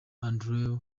andrew